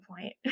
point